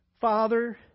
Father